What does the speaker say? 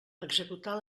executar